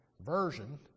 version